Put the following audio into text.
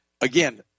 again